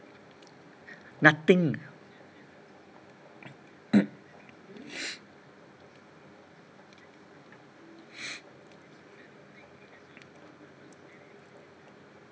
nothing